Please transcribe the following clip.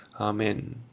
Amen